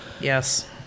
Yes